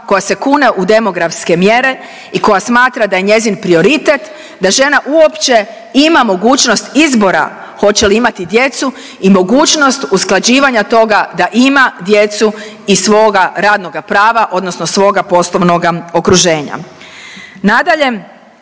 koja se kune u demografske mjere i koja smatra da je njezin prioritet da žena uopće ima mogućnost izbora hoće li imati djecu i mogućnost usklađivanja toga da ima djecu iz svoga radnoga prava odnosno svoga poslovnoga okruženja.